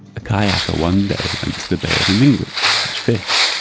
a kayaker one day went to the bay of iminguit to catch fish.